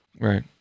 Right